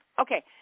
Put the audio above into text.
Okay